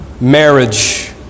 marriage